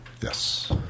Yes